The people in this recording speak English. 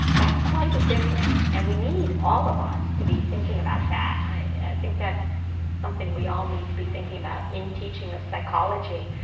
that's quite a difference. and we need all of us to be thinking about that. i think that's something we all need to be thinking about in teaching of psychology,